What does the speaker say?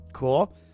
Cool